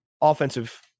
offensive